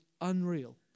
unreal